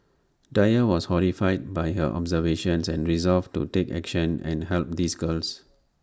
dyer was horrified by her observations and resolved to take action and help these girls